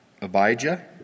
Abijah